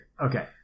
Okay